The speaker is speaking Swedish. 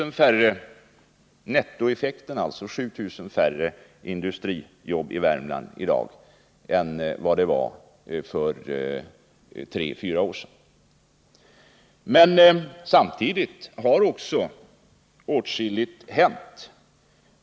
Nettoeffekten är 7 000 färre industrijobb i Värmland i dag än vad det var för tre fyra år sedan. Men samtidigt har åtskilligt hänt.